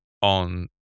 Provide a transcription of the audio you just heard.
on